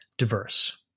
diverse